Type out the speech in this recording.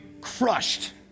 crushed